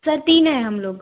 sir तीन हैं हम लोग